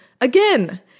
again